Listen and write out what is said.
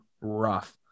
rough